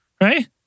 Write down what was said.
Right